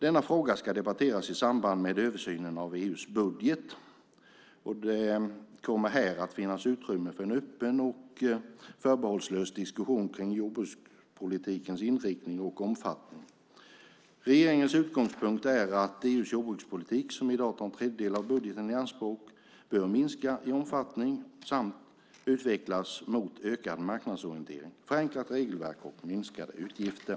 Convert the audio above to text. Denna fråga ska debatteras i samband med översynen av EU:s budget, och det kommer här att finnas utrymme för en öppen och förbehållslös diskussion kring jordbrukspolitikens inriktning och omfattning. Regeringens utgångspunkt är att EU:s jordbrukspolitik, som i dag tar en tredjedel av budgeten i anspråk, bör minska i omfattning samt utvecklas mot ökad marknadsorientering, förenklat regelverk och minskade utgifter.